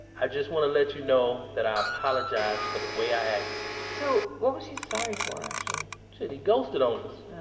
i just wanna let you know that i apologize for the way i acted so, what was he sorry for actually? shit, he ghosted on us huh,